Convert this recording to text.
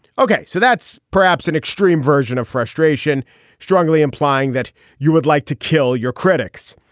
ok. so that's perhaps an extreme version of frustration strongly implying that you would like to kill your critics.